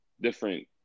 different